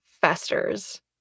festers